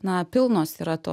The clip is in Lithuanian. na pilnos yra to